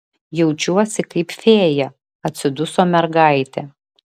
jaučiuosi kaip fėja atsiduso mergaitė